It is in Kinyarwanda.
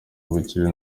ubukire